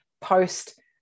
post